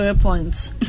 Points